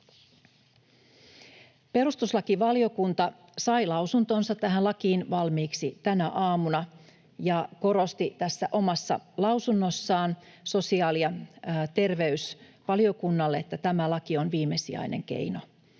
Perustuslakivaliokunta sai lausuntonsa tähän lakiin valmiiksi tänä aamuna ja korosti tässä omassa lausunnossaan sosiaali- ja terveysvaliokunnalle, että tämä laki on viimesijainen keino,